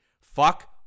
Fuck